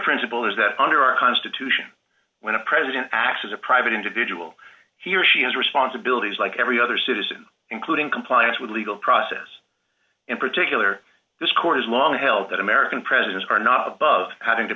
principle is that under our constitution when a president acts as a private individual he or she has responsibilities like every other citizen including compliance with legal process in particular this court has long held that american presidents are not above having to